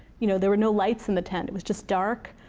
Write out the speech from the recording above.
you know there were no lights in the tent. it was just dark,